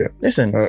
Listen